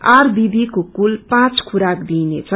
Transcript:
RBB को कुल पाँच खुराक दिइनेछ